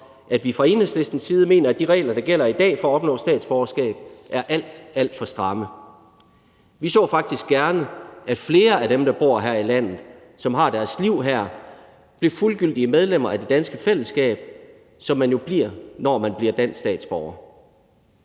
at vi fra Enhedslistens side mener, at de regler, der gælder i dag, for at opnå statsborgerskab er alt, alt for stramme. Vi så faktisk gerne, at flere af dem, der bor her i landet og lever deres liv her, blev fuldgyldige medlemmer af det danske fællesskab, som man jo bliver, når man bliver dansk statsborger.